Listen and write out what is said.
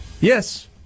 Yes